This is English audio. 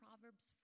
Proverbs